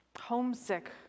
Homesick